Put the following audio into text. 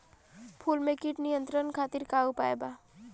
फूल में कीट नियंत्रण खातिर का उपाय बा?